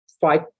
fight